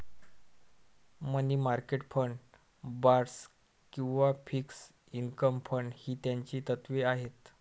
मनी market fund, bonds किंवा fixed income fund ही त्याची तत्त्वे आहेत